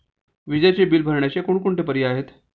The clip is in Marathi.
विजेचे बिल भरण्यासाठी कोणकोणते पर्याय आहेत?